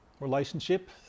relationship